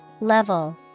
Level